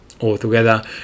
Altogether